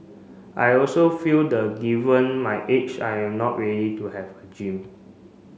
I also feel the given my age I am not ready to have a gym